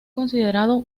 considerado